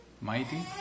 Mighty